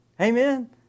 amen